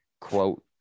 quote